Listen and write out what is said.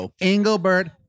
Engelbert